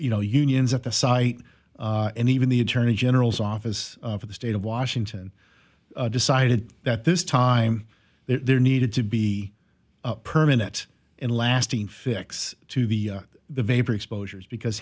you know unions at the site and even the attorney general's office for the state of washington decided that this time there needed to be a permanent and lasting fix to the vapor exposures because